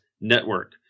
Network